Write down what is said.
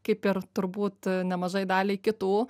kaip ir turbūt nemažai daliai kitų